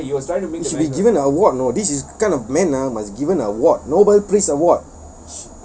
he should be given an award you know this is kind of men ah must given an award nobel prize award